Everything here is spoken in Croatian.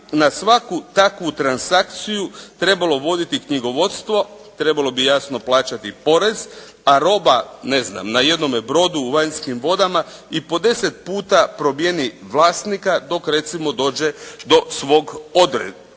na svaku takvu transakciju trebalo voditi knjigovodstvo, trebalo bi jasno plaćati porez a roba, ne znam na jednome brodu, u vanjskim vodama i po deset puta promijeni vlasnika dok recimo dođe do svog odredišta.